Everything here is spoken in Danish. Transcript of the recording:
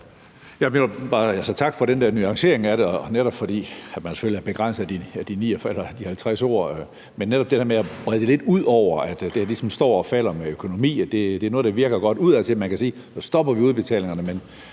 Tak for den nuancering af det, netop fordi man selvfølgelig er begrænset af de 50 ord. Men netop det der med at brede det lidt ud over, at det her ligesom står og falder med økonomi, er noget, der virker godt udadtil. Man kan sige, at nu stopper vi udbetalingerne,